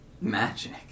Magic